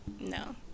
no